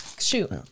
shoot